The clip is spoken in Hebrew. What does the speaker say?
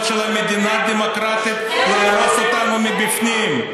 של מדינה דמוקרטית כדי להרוס אותנו מבפנים.